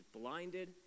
blinded